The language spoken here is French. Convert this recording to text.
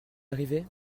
arrivé